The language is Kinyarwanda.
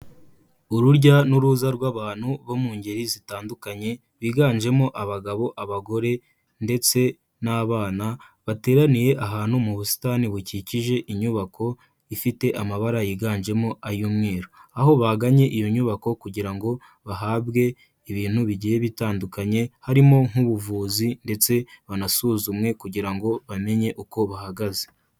Urujya n'uruza rw'abantu bo mu ngeri zitandukanye biganjemo abagabo, abagore ndetse n'abana bateraniye ahantu mu busitani bukikije inyubako ifite amabara yiganjemo ay'umweru, aho bagannye iyo nyubako kugira ngo bahabwe ibintu bigiye bitandukanye harimo nk'ubuvuzi ndetse banasuzumwe kugira ngo bamenye uko bahagaze.